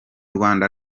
rwanda